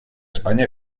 españa